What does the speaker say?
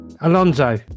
Alonso